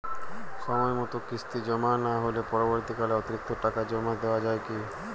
সময় মতো কিস্তি জমা না হলে পরবর্তীকালে অতিরিক্ত টাকা জমা দেওয়া য়ায় কি?